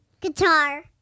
guitar